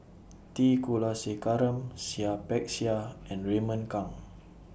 T Kulasekaram Seah Peck Seah and Raymond Kang